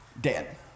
Dead